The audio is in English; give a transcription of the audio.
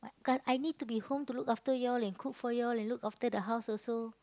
cause I need to be home to look after you all and cook for you all and look after the house also